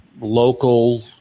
local